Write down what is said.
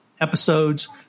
episodes